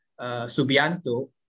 Subianto